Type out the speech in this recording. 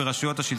(2)